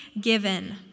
given